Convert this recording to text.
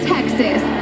Texas